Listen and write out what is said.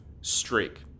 streak